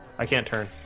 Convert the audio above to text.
i can't turn